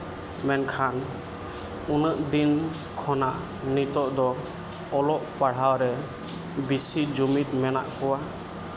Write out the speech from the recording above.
ᱢᱮᱱᱠᱷᱟᱱ ᱩᱱᱟᱹᱜ ᱫᱤᱱ ᱠᱷᱚᱱᱟᱜ ᱱᱤᱛᱚᱜ ᱫᱚ ᱚᱞᱚᱜ ᱯᱟᱲᱦᱟᱣ ᱨᱮ ᱵᱮᱹᱥᱤ ᱡᱩᱢᱤᱫ ᱢᱮᱱᱟᱜ ᱠᱚᱣᱟ